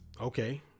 okay